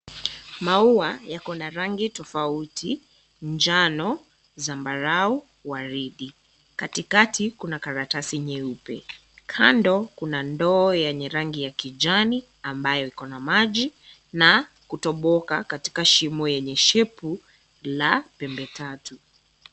Maua yako na rangi tofauti: njano, zambarau, waridi. Katikati kuna karatasi nyeupe. Kando kuna ndoo yenye rangi ya kijani ambayo iko na maji na kutoboka katika shimo yenye shape la pembe tatu.